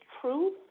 truth